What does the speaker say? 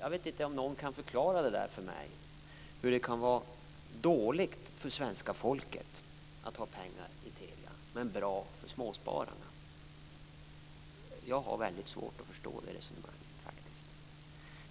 Jag vet inte om någon kan förklara det där för mig, hur det kan vara dåligt för svenska folket att ha pengar i Telia, men bra för småspararna. Jag har faktiskt väldigt svårt att förstå det resonemanget.